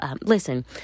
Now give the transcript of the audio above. Listen